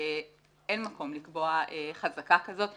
שאין מקום לקבוע חזקה כזאת,